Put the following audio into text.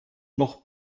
noch